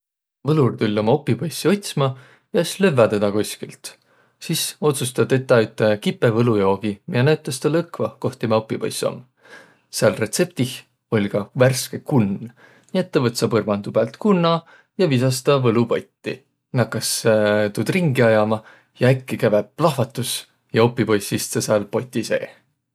Võlur tull' umma opipoissi otsma ja es lövväq tedä koskilt. Sis otsust' tä tetäq üte kipõ võlujoogi, miä näütäs tälle õkva, koh timä opipoiss om. Sää retseptih oll' ka värske kunn, nii et tä võtsõ põrmandu päält kunna ja visas' taa võlupotti. Nakas' tuud ringi ajama. Ja äkki käve plahvatus ja opipoiss istsõ sääl poti seeh.